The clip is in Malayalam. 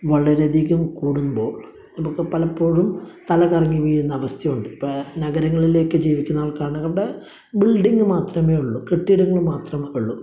വളരെ അധികം കൂടുമ്പോള് നമുക്ക് പലപ്പോഴും തലകറങ്ങി വീഴുന്ന അവസ്ഥയുണ്ട് ഇപ്പം നഗരങ്ങളിലൊക്കെ ജീവിക്കുന്ന ആള്ക്കാരുടെ ബില്ഡിങ്ങ് മാത്രമേ ഉള്ളൂ കെട്ടിടങ്ങള് മാത്രമേ ഉള്ളൂ